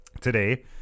today